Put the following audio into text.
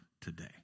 today